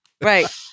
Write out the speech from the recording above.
right